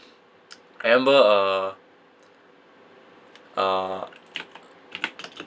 I remember uh uh